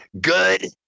good